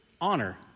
honor